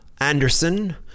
Anderson